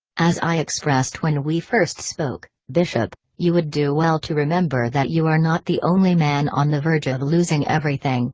as i expressed when we first spoke, bishop, you would do well to remember that you are not the only man on the verge of losing everything.